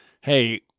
hey